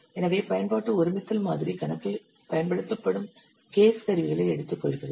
எனவே பயன்பாட்டு ஒருமித்தல் மாதிரி கணக்கில் பயன்படுத்தப்படும் கேஸ் கருவிகளை எடுத்துக்கொள்கிறது